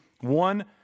one